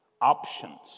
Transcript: options